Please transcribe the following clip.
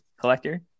collector